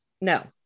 no